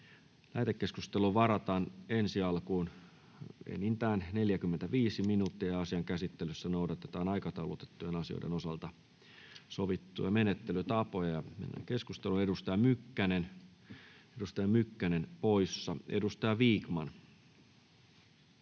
Lähetekeskusteluun varataan ensi alkuun enintään 45 minuuttia. Asian käsittelyssä noudatetaan aikataulutettujen asioiden osalta sovittuja menettelytapoja. — Mennään keskusteluun. — Edustaja Mykkänen poissa. — Edustaja Vikman.